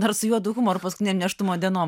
dar su juodu humoru paskutinėm nėštumo dienom